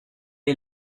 est